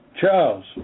Charles